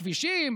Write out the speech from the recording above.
כבישים,